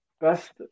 best